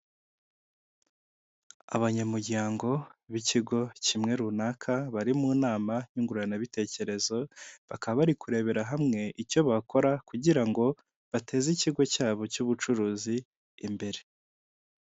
Abanyamuryango b'ikigo kimwe runaka bari mu nama nyunguranabitekerezo bakaba bari kurebera hamwe icyo bakora kugira ngo bateze ikigo cyabo cy'ubucuruzi imbere.